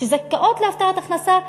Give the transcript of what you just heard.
שזכאיות להבטחת הכנסה,